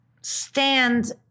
stand